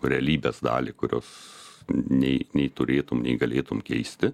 realybės dalį kurios nei nei turėtum nei galėtum keisti